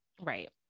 Right